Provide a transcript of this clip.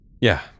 Yeah